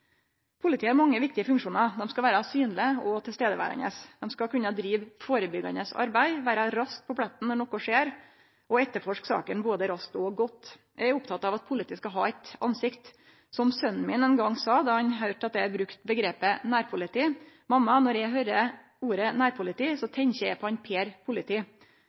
Politiet har mange viktige funksjonar. Dei skal vere synlege og vere til stades. Dei skal kunne drive førebyggjande arbeid, vere raskt på pletten når noko skjer og etterforske sakene både raskt og godt. Eg er oppteken av at politiet skal ha eit ansikt. Som sonen min ein gong sa da han høyrde at eg brukte omgrepet nærpoliti: Mamma, når eg høyrer ordet nærpoliti, tenkjer eg på han Per politi.